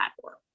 platform